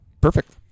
Perfect